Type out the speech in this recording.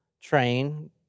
train